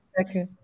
okay